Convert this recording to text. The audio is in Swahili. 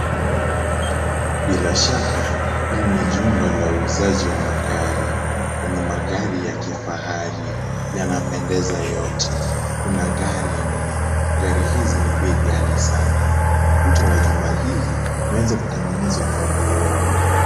Bila shaka, hili ni jumba la uuzaji wa magari na ni magari ya kifahari. Yanapendeza yote. Kuna gari nne, gari hizi ni bei ghali sana. Ukuta wa jumba hili, umeweza kutengenezwa kwa vioo.